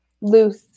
loose